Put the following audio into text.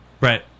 Right